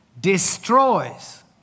destroys